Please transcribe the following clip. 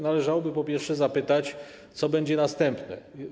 Należałoby po pierwsze zapytać, co będzie następne.